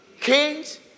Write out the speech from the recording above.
kings